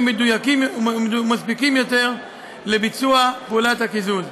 מדויקים ומספקים יותר לביצוע פעולת הקיזוז.